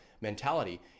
mentality